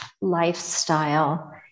lifestyle